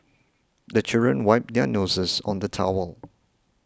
the children wipe their noses on the towel